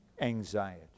anxiety